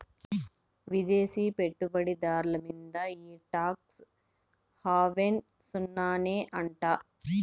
విదేశీ పెట్టుబడి దార్ల మీంద ఈ టాక్స్ హావెన్ సున్ననే అంట